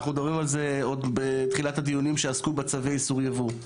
אנחנו מדברים על זה עוד מתחילת הדיונים שעסקו בצווי איסור הייבוא.